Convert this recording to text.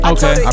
Okay